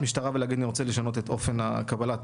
משטרה ולהגיד שהוא רוצה לשנות את אופן קבלת